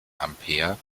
ampere